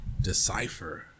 decipher